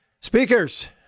speakers